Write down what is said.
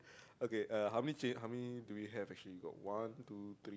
okay uh how many cha~ how many do we have actually got one two three